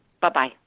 Bye-bye